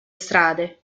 strade